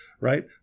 right